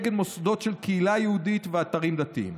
נגד מוסדות של קהילה יהודית ואתרים דתיים.